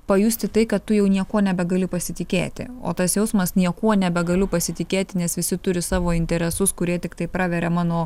pajusti tai kad tu jau niekuo nebegali pasitikėti o tas jausmas niekuo nebegaliu pasitikėti nes visi turi savo interesus kurie tiktai praveria mano